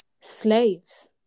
slaves